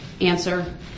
Answer